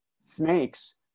Snakes